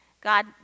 God